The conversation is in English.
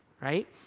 Right